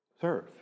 serve